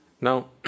Now